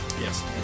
Yes